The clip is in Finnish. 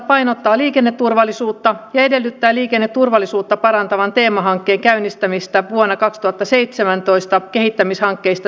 vapaaehtoinen maanpuolustus ja edellyttää liikenneturvallisuutta parantavan teemahankkeen käynnistämistä vuonna kaksituhattaseitsemäntoista kehittämishankkeista